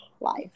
life